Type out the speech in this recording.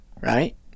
right